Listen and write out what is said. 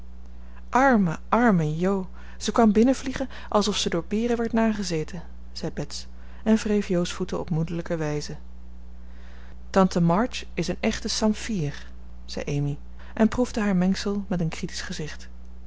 arme arme jo ze kwam binnenvliegen alsof ze door beren werd nagezeten zei bets en wreef jo's voeten op moederlijke wijze tante march is een echte samfier zei amy en proefde haar mengsel met een critisch